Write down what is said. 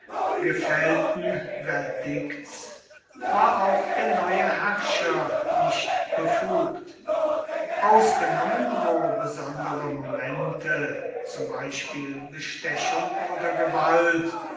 gefällten verdikts war auch der neue herrscher nicht befugt ausgenommen wo besondere momente zum beispiel bestechung oder gewalt